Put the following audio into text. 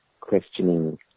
questioning